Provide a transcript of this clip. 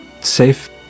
safe